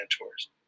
mentors